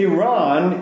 Iran